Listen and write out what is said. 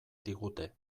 digute